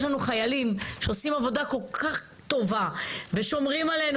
יש לנו חיילים שעושים עבודה כל כך טובה ושומרים עלינו